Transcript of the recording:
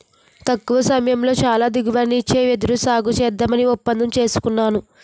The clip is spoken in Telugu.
తక్కువ సమయంలో చాలా దిగుబడినిచ్చే వెదురు సాగుసేద్దామని ఒప్పందం సేసుకున్నాను